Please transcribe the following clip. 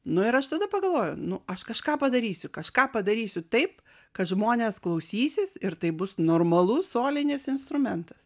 nu ir aš tada pagalvojau nu aš kažką padarysiu kažką padarysiu taip kad žmonės klausysis ir tai bus normalus solinis instrumentas